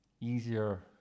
easier